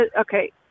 Okay